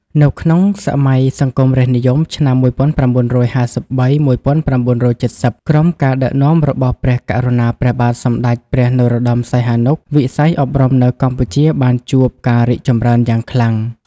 នៅក្នុងសម័យ សង្គមរាស្រ្តនិយម (ឆ្នាំ ១៩៥៣-១៩៧០) ក្រោមការដឹកនាំរបស់ព្រះករុណាព្រះបាទ សម្ដេចព្រះនរោត្តម សីហនុ វិស័យអប់រំនៅកម្ពុជាបានជួបការរីកចម្រើនយ៉ាងខ្លាំង។